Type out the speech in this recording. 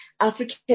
African